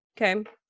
okay